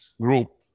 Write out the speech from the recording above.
group